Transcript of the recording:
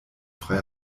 frei